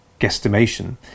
guesstimation